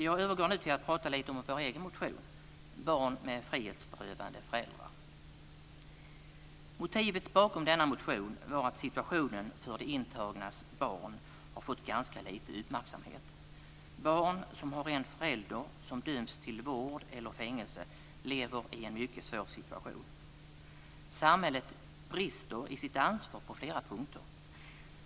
Jag övergår nu till att prata lite om vår egen motion Barn med frihetsberövade föräldrar. Motivet bakom denna motion var att situationen för de intagnas barn har fått ganska lite uppmärksamhet. Barn som har en förälder som dömts till vård eller fängelse lever i en mycket svår situation. Samhället brister i sitt ansvar på flera punkter.